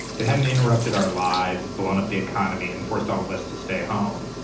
it hadn't interrupted our lives, blown up the economy and forced all of us to stay home.